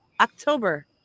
October